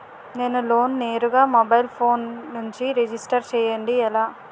నేను లోన్ నేరుగా mobile phone నుంచి రిజిస్టర్ చేయండి ఎలా?